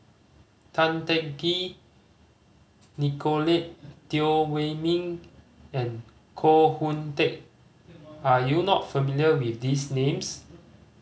Tan Teng Kee Nicolette Teo Wei Min and Koh Hoon Teck are you not familiar with these names